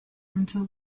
until